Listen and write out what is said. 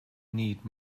need